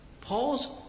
Paul's